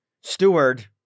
steward